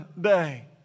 day